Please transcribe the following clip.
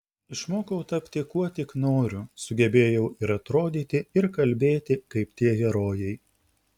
išmokau tapti kuo tik noriu sugebėjau ir atrodyti ir kalbėti kaip tie herojai